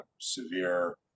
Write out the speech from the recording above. severe